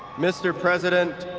mr. president,